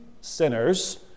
sinners